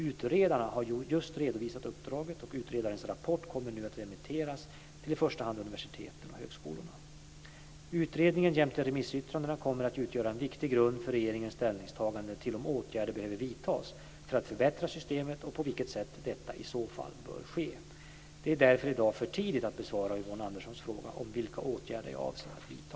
Utredaren har just redovisat uppdraget och utredarens rapport kommer nu att remitteras till i första hand universiteten och högskolorna. Utredningen jämte remissyttrandena kommer att utgöra en viktig grund för regeringens ställningstagande till om åtgärder behöver vidtas för att förbättra systemet och på vilket sätt detta i så fall bör ske. Det är därför i dag för tidigt att besvara Yvonne Anderssons fråga om vilka åtgärder jag avser att vidta.